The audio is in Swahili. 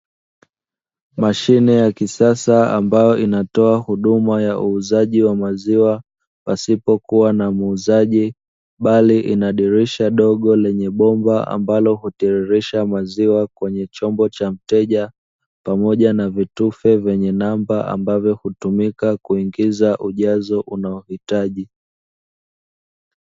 Mashine ya kisasa ambayo inatoa huduma ya uuzaji wa maziwa pasipokuwa na muuzaji. Bali ina dirisha dogo lenye bomba ambalo hutiririsha maziwa kwenye chombo cha mteja pamoja na vitufe vyenye namba ambavyo hutumika kuingiza jazo unaohitaji.